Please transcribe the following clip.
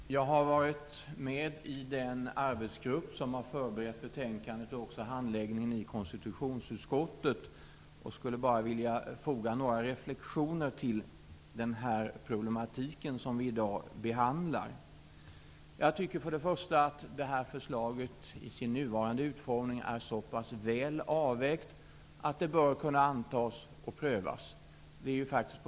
Fru talman! Jag har varit med i den arbetsgrupp som har förberett betänkandet och också handläggningen i konstitutionsutskottet. Jag skulle vilja foga några reflektioner till de problem som vi behandlar i dag. För det första anser jag att förslaget i sin nuvarande utformning är såpass väl avvägt att det bör kunna antas och prövas.